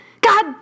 God